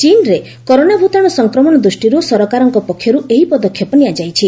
ଚୀନରେ କରୋନା ଭୂତାଣୁ ସଂକ୍ରମଣ ଦୃଷ୍ଟିରୁ ସରକାରଙ୍କ ପକ୍ଷରୁ ଏହି ପଦକ୍ଷେପ ନିଆଯାଇଛି